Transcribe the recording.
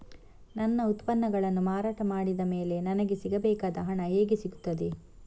ನನ್ನ ಉತ್ಪನ್ನಗಳನ್ನು ಮಾರಾಟ ಮಾಡಿದ ಮೇಲೆ ನನಗೆ ಸಿಗಬೇಕಾದ ಹಣ ಹೇಗೆ ಸಿಗುತ್ತದೆ?